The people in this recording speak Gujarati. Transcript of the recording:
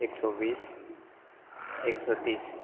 એકસો વીસ એકસો તીસ